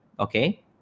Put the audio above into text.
Okay